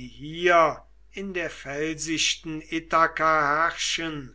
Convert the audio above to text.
hier in der felsichten ithaka herrschen